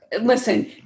Listen